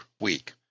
week